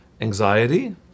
anxiety